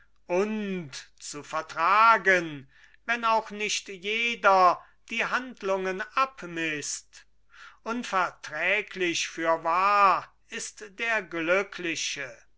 zu vertragen wenn auch nicht jeder die handlungen abmißt unverträglich fürwahr ist der glückliche